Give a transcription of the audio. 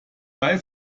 bei